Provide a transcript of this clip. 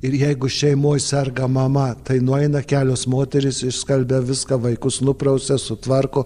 ir jeigu šeimoj serga mama tai nueina kelios moterys išskalbia viską vaikus nuprausia sutvarko